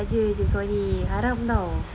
saja jer kau ni haram [tau]